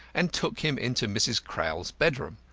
and took him into mrs. crowl's bedroom.